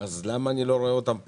אז למה אני לא רואה אותם פה?